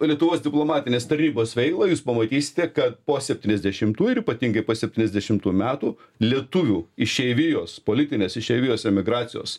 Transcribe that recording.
lietuvos diplomatinės tarybos veiklą jūs pamatysite kad po septyniasdešimtų ir ypatingai po septyniasdešimtų metų lietuvių išeivijos politinės išeivijos emigracijos